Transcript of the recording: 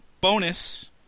bonus